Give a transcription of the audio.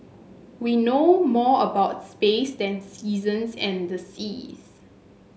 we know more about space than seasons and the seas